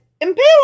impale